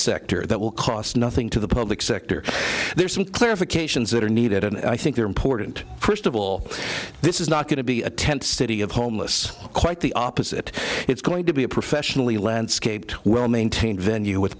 sector that will cost nothing to the public sector there are some clarifications that are needed and i think they're important first of all this is not going to be a tent city of homeless quite the opposite it's going to be a professionally landscaped well maintained venue with